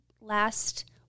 last